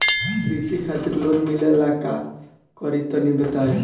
कृषि खातिर लोन मिले ला का करि तनि बताई?